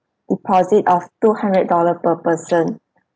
deposit of two hundred dollar per person